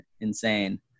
insane